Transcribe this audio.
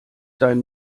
dein